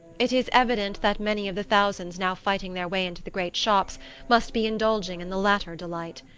it is evident that many of the thousands now fighting their way into the great shops must be indulging in the latter delight.